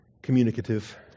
Communicative